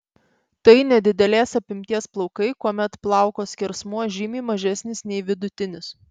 tai nedidelės apimties plaukai kuomet plauko skersmuo žymiai mažesnis nei vidutinis